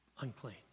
unclean